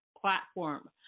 platform